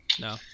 No